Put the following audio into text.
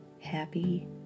happy